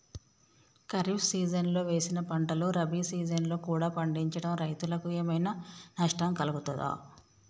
ఖరీఫ్ సీజన్లో వేసిన పంటలు రబీ సీజన్లో కూడా పండించడం రైతులకు ఏమైనా నష్టం కలుగుతదా?